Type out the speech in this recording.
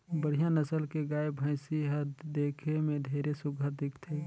बड़िहा नसल के गाय, भइसी हर देखे में ढेरे सुग्घर दिखथे